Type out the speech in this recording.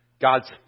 God's